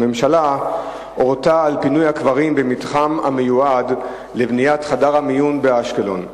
הממשלה הורתה על פינוי הקברים במתחם המיועד לבניית חדר מיון באשקלון,